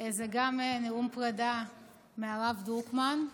זה גם נאום פרידה מהרב דרוקמן.